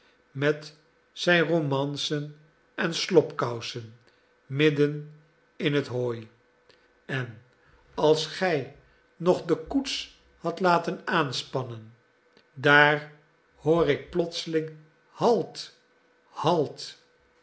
met zijn romancen en slobkousen midden in het hooi en als gij nog de koets hadt laten aanspannen daar hoor ik plotseling halt halt